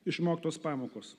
išmoktos pamokos